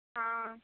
ਹਾਂ